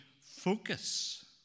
focus